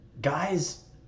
guys